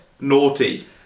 Naughty